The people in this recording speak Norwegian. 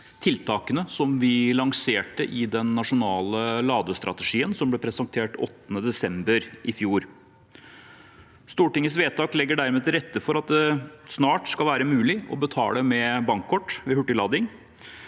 tiltakene som vi lanserte i den nasjonale ladestrategien, som ble presentert 8. desember i fjor. Stortingets vedtak legger dermed til rette for at det snart skal være mulig å betale med bankkort ved hurtiglading